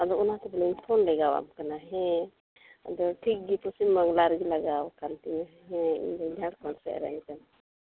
ᱟᱫᱚ ᱚᱱᱟᱛᱮ ᱵᱚᱞᱮᱧ ᱯᱷᱳᱱ ᱞᱮᱜᱟ ᱟᱢ ᱠᱟᱱᱟ ᱦᱮᱸ ᱟᱫᱚ ᱴᱷᱤᱠ ᱜᱮ ᱯᱚᱥᱪᱤᱢ ᱵᱟᱝᱞᱟ ᱨᱮ ᱞᱟᱜᱟᱣ ᱟᱠᱟᱱ ᱛᱤᱧᱟᱹ ᱦᱮᱸ ᱤᱧᱫᱩᱧ ᱡᱷᱟᱲᱠᱷᱚᱸᱰ ᱥᱮᱡ ᱨᱮᱱ ᱠᱟᱱᱟ